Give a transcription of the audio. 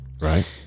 Right